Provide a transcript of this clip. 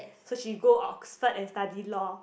so she go Oxford and study law